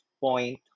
point